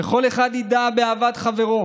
וכל אחד ידע באהבת חברו,